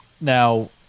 now